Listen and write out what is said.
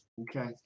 Okay